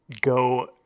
go